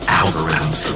algorithms